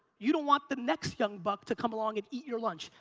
you don't want the next young buck to come along and eat your lunch.